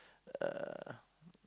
uh